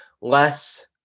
less